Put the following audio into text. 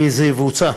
היא שזה יבוצע,